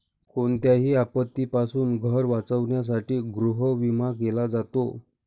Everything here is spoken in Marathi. कोणत्याही आपत्तीपासून घर वाचवण्यासाठी गृहविमा केला जातो